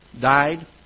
died